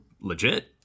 legit